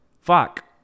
Fuck